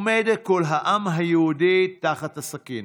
עומד כל העם היהודי תחת הסכין,